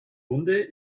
hunde